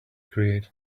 create